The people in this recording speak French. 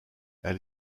elle